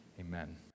Amen